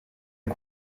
est